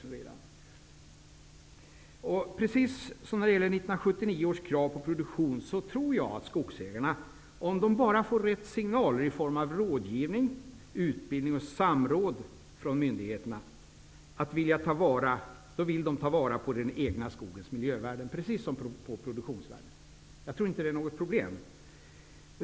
Jag tror det är på samma sätt som med 1979 års krav på produktion. Om skogsägarna får de rätta signalerna i form av rådgivning, utbildning och samråd från myndigheterna, kommer de att vilja ta vara på den egna skogens miljövärden, precis som de velat ta till vara produktionsvärdet. Jag tror inte detta är något problem.